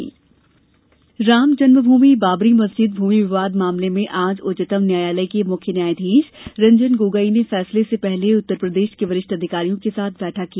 मुख्य न्यायाधीश अयोध्या रामजन्म भूमि बाबरी मस्जिद भूमि विवाद मामले में आज उच्चतम न्यायालय के मुख्य न्यायाधीश रंजन गोगोई ने फैसले से पहले उत्तरप्रदेश के वरिष्ठ अधिकारियों के साथ बैठक की